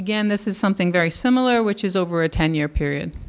again this is something very similar which is over a ten year period